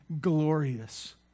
glorious